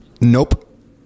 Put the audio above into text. Nope